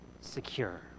secure